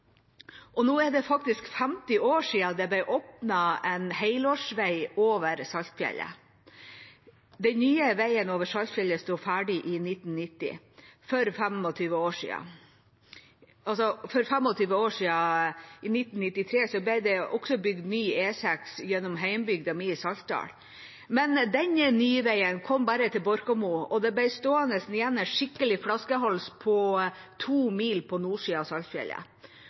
Nå er det faktisk 50 år siden det ble åpnet en helårsvei over Saltfjellet. Den nye veien over Saltfjellet sto ferdig i 1990. For 25 år siden, i 1993, ble det også bygd ny E6 gjennom hjembygda mi i Saltdal. Men den nye veien kom bare til Borkamo, og det ble stående igjen en skikkelig flaskehals på to mil på nordsiden av